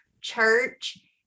church